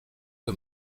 que